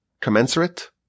Commensurate